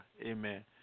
Amen